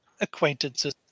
acquaintances